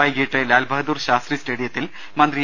വൈകിട്ട് ലാൽ ബഹദൂർ ശാസ്ത്രി സ്റ്റേഡിയത്തിൽ മന്ത്രി ഇ